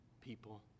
people